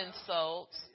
insults